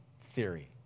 theory